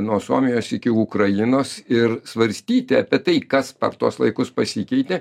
nuo suomijos iki ukrainos ir svarstyti apie tai kas per tuos laikus pasikeitė